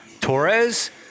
Torres